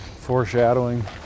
foreshadowing